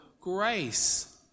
grace